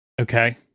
Okay